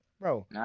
bro